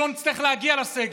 שלא נצטרך להגיע לסגר.